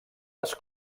les